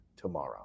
tomorrow